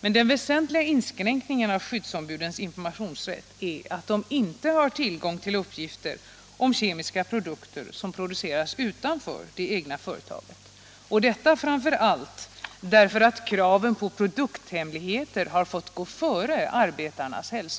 Den väsentliga inskränkningen av skyddsombudens informationsrätt är att de inte har tillgång till uppgifter om kemiska produkter som produceras utanför det egna företaget, framför allt därför att kraven på produkthemligheter fått gå före arbetarnas hälsa.